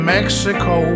Mexico